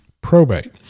probate